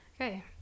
Okay